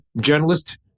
journalist